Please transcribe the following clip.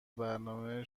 برنامه